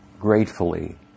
gratefully